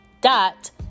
dot